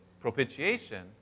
propitiation